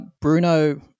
Bruno